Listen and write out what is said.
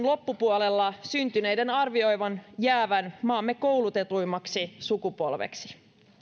loppupuolella syntyneiden arvioidaan jäävän maamme koulutetuimmaksi sukupolveksi